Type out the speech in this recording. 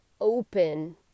open